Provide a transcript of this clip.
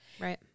Right